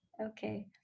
okay